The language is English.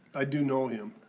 i do know him,